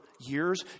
years